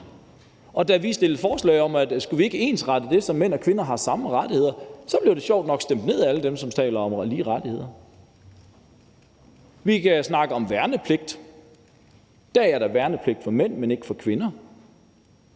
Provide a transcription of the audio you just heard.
Og da vi fremsatte forslag om, om vi ikke skulle ensrette det, så mænd og kvinder har samme rettigheder, så blev det sjovt nok stemt ned af alle dem, som taler om lige rettigheder. Vi kan snakke om værnepligt. I dag er der værnepligt for mænd, men ikke for kvinder.